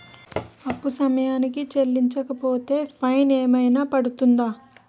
అప్పు సమయానికి చెల్లించకపోతే ఫైన్ ఏమైనా పడ్తుంద?